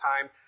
time